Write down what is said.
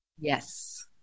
Yes